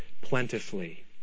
plentifully